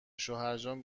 شوهرجان